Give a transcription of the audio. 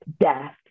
death